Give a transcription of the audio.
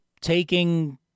taking